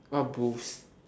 what booth